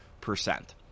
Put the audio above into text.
percent